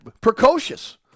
precocious